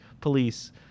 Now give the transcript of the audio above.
police